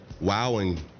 wowing